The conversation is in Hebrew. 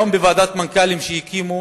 היום, בוועדת מנכ"לים שהקימו